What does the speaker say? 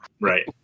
Right